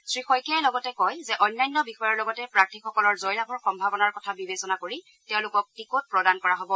শ্ৰীশইকীয়াই লগতে কয় যে অন্যান্য বিষয়ৰ লগতে প্ৰাৰ্থীসকলৰ জয়লাভৰ সম্ভাবনাৰ কথা বিবেচনা কৰি তেওঁলোকক টিকট প্ৰদান কৰা হ'ব